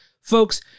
folks